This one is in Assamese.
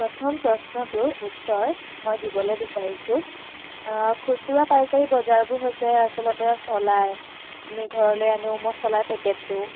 প্ৰথম প্ৰশ্নটোৰ উত্তৰ মই দিবলৈ বিচাৰিছো খুচুৰা পাইকাৰী বজাৰবোৰ হৈছে আচলতে চলাই আমি ঘৰলৈ আনো মচলাৰ পেকেটটো